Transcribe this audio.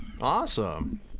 Awesome